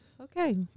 Okay